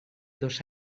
dos